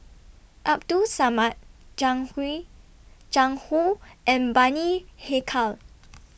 Abdul Samad Jiang Hui Jiang Hu and Bani Haykal